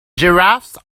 giraffes